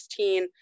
2016